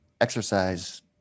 exercise